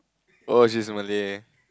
oh she's Malay